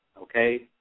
Okay